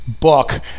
book